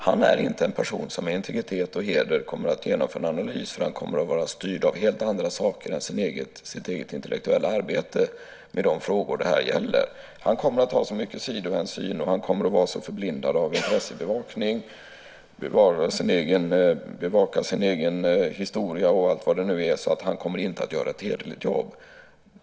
Han är inte en person som med integritet och heder kommer att genomföra en analys, för han kommer att vara styrd av helt andra saker än sitt eget intellektuella arbete i de frågor det här gäller. Han kommer att ta så mycket sidohänsyn, och han kommer att vara så förblindad av att bevaka sina intressen, sin egen historia och allt vad det nu är, att han inte kommer att göra ett hederligt jobb.